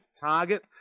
Target